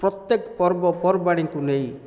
ପ୍ରତ୍ୟେକ ପର୍ବପର୍ବାଣୀକୁ ନେଇ